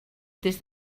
des